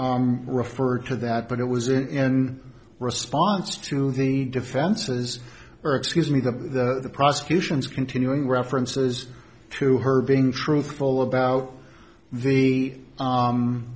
first refer to that but it was in response to the defenses or excuse me the prosecution's continuing references to her being truthful about the